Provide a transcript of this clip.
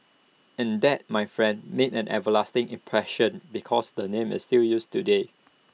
and that my friend made an everlasting impression because the name is still used today